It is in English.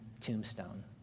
tombstone